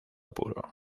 puro